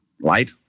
Light